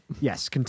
Yes